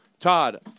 Todd